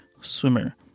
swimmer